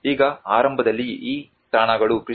ಈಗ ಆರಂಭದಲ್ಲಿ ಈ ತಾಣಗಳು ಕ್ರಿ